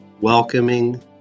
welcoming